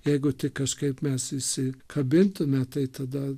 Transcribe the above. jeigu tik kažkaip mes visi kabintume tai tada